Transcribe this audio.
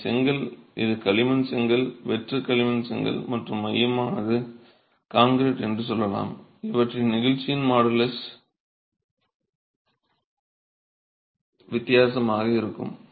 இதை செங்கல் இது களிமண் செங்கல் வெற்று களிமண் செங்கல் மற்றும் மையமானது கான்கிரீட் என்று சொல்லலாம் இவற்றின் மாடுலஸ் ஆஃப் இலாஸ்டிசிட்டி வித்தியாசமாக இருக்கும்